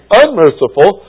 unmerciful